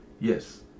Yes